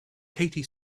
katie